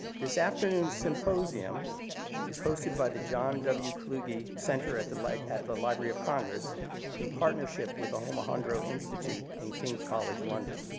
this afternoon's symposium is hosted by the john w. kluge center at the like at the library of congress in partnership with the omohundro institute and king's college london.